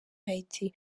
haiti